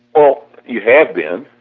oh! you have been,